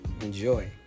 Enjoy